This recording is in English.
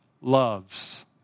loves